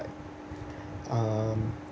um